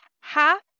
half